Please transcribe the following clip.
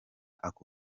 ako